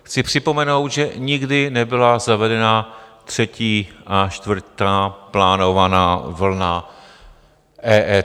Chci připomenout, že nikdy nebyla zavedena třetí a čtvrtá plánovaná vlna EET.